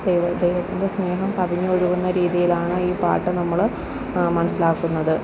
ദൈവ ദൈവത്തിന്റെ സ്നേഹം കവിഞ്ഞൊഴുകുന്ന രീതിയിലാണ് ഈ പാട്ട് നമ്മൾ മനസ്സിലാക്കുന്നത്